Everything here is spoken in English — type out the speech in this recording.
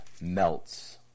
melts